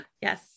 yes